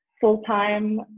full-time